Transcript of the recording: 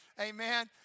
Amen